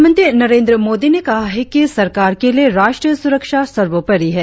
प्रधानमंत्री नरेंद्र मोदी ने कहा है कि सरकार के लिए राष्ट्रीय सुरक्षा सर्वोपरि है